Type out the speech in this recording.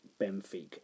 Benfica